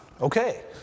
Okay